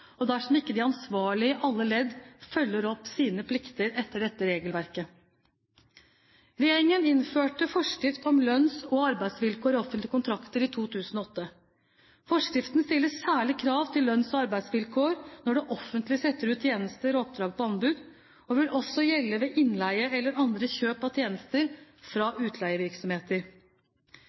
og dersom ikke de ansvarlige i alle ledd følger opp sine plikter etter dette regelverket. Regjeringen innførte forskrift om lønns- og arbeidsvilkår i offentlige kontrakter i 2008. Forskriften stiller særlige krav til lønns- og arbeidsvilkår når det offentlige setter ut tjenester og oppdrag på anbud, og vil også gjelde ved innleie eller andre kjøp av tjenester fra utleievirksomheter.